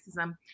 racism